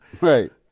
Right